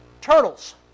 turtles